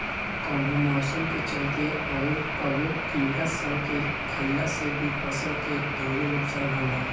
कबो मौसम के चलते, अउर कबो कीड़ा सन के खईला से भी फसल के ढेरे नुकसान होला